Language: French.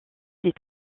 des